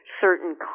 certain